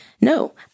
No